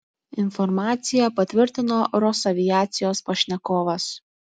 informaciją patvirtino rosaviacijos pašnekovas